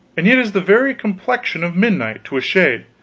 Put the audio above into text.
and yet it is the very complexion of midnight, to a shade.